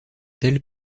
telles